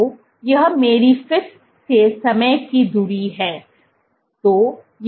तो यह मेरी फिर से समय की धुरी है